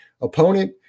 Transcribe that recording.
opponent